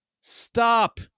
Stop